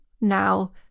now